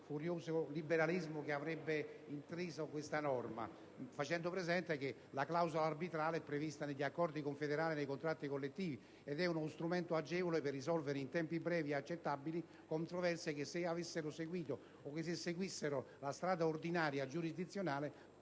furioso liberismo che intriderebbe questa norma facendo presente che la clausola arbitrale è prevista negli accordi confederali dei contratti collettivi ed è uno strumento agevole per risolvere in tempi brevi e accettabili controversie che, se seguissero la strada giurisdizionale